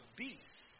beast